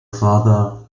father